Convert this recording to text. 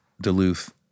Duluth